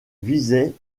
visait